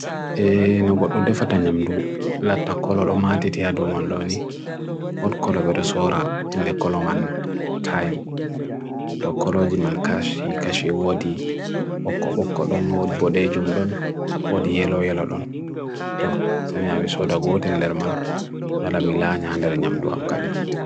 Bii, bees woni sabu nefaama, ko eweni hokkita, njahi haɓre fiwwinɓe ɗiɗi mo hokka naatoo fi. Bees waɗi miijeeji fowru e ndyengal ngal.